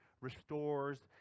restores